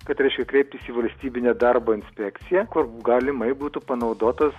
kad reiškia kreiptis į valstybinę darbo inspekciją kur galimai būtų panaudotos